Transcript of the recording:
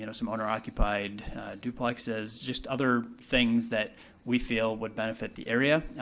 you know some owner-occupied duplexes, just other things that we feel would benefit the area,